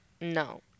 No